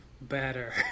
better